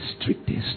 strictest